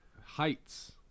Heights